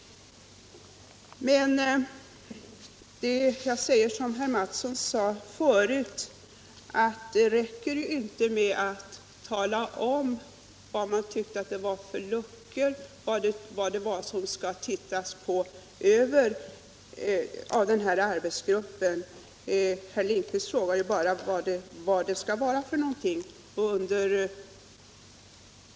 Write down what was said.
Jag säger som herr Mattsson sade förut: Det räcker inte att tala om var man tycker att det har funnits luckor och vad som skall ses över av denna arbetsgrupp. Herr Lindkvist frågar bara vad som skall göras.